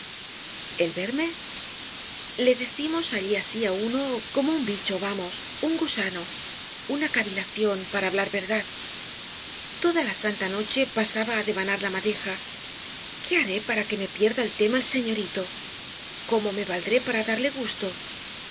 el verme le decimos allí así á uno como un bicho vamos un gusano una cavilación para hablar verdad toda la santa noche pasaba á devanar la madeja qué haré para que me pierda la tema el señorito cómo me valdré para darle gusto